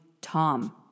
Tom